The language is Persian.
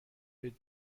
متعجب